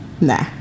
Nah